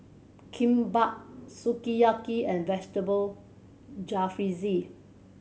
Kimbap Sukiyaki and Vegetable Jalfrezi